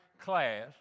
class